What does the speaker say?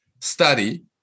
study